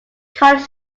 college